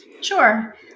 Sure